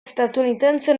statunitense